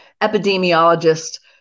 epidemiologist